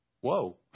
whoa